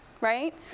right